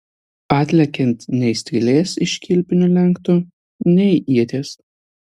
atlekiant nei strėlės iš kilpinio lenkto nei ieties